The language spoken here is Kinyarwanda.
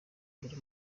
mbere